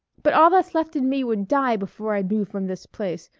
but all that's left in me would die before i'd move from this place.